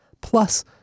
Plus